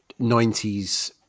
90s